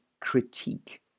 critique